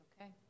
Okay